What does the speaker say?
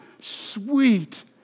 sweet